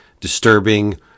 disturbing